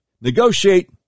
negotiate